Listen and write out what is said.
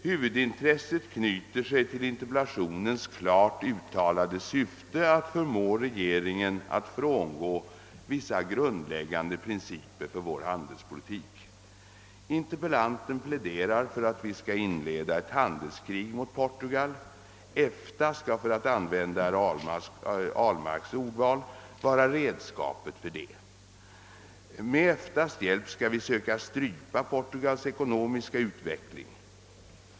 Huvudintresset knyter sig till interpellationens klart uttalade syfte att förmå regeringen att frångå vissa grundläggande principer för vår handelspolitik. Interpellanten pläderar för att vi skall inleda ett handelskrig mot Portugal. EFTA skall — för att använda herr Ahlmarks ordval — vara redskapet för detta. Med EFTA:s hjälp skall vi söka strypa Portugals ekonomiska utveckling.